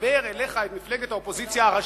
לחבר אליך את מפלגת האופוזיציה הראשית,